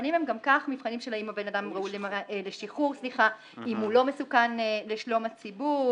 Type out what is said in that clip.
כשהמבחנים הם גם כך מבחנים האם האדם לא מסוכן לשלום הציבור,